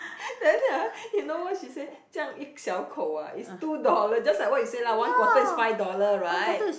then after that ah you know what she say 这样一小口 ah is two dollar just like what you say lah one quarter is five dollar right